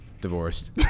divorced